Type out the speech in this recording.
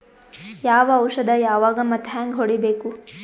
ಯಾವ ಔಷದ ಯಾವಾಗ ಮತ್ ಹ್ಯಾಂಗ್ ಹೊಡಿಬೇಕು?